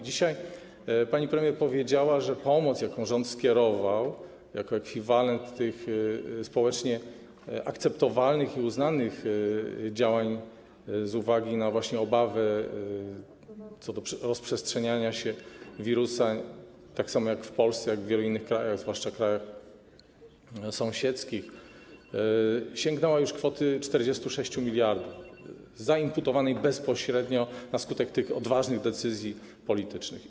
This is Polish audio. Dzisiaj pani premier powiedziała, że pomoc, jaką rząd skierował jako ekwiwalent tych społecznie akceptowalnych i uznanych działań z uwagi właśnie na obawy co do rozprzestrzeniania się wirusa tak samo w Polsce, jak i w wielu innych krajach, zwłaszcza krajach sąsiedzkich, sięgnęła już kwoty 46 mld zainputowanej bezpośrednio na skutek tych odważnych decyzji politycznych.